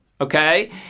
Okay